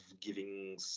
giving